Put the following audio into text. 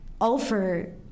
offer